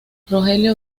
rogelio